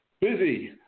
Busy